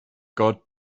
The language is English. god